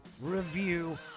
review